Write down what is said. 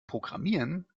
programmieren